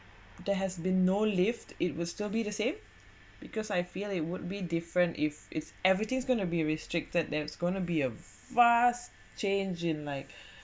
there has been no lift it will still be the same because I feel it would be different if it's everything's gonna be restricted there's gonna be a vast change in like